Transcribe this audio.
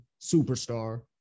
superstar